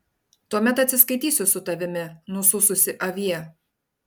tuomet atsiskaitysiu su tavimi nusususi avie